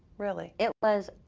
really? it was,